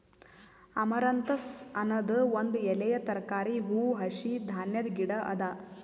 amaranthus ಅನದ್ ಒಂದ್ ಎಲೆಯ ತರಕಾರಿ, ಹೂವು, ಹಸಿ ಧಾನ್ಯದ ಗಿಡ ಅದಾ